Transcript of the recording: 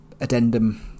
addendum